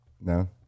no